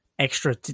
Extra